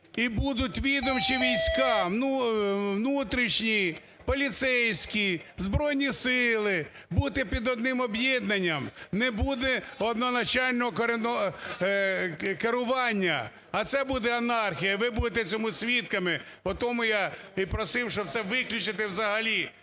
І будуть відомчі війська, внутрішні, поліцейські, Збройні Сили бути під одним об'єднанням? Не буде одноначального керування, а це буде анархія, і ви будете цьому свідками. Тому я і просив, щоб це виключити взагалі.